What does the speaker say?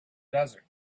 desert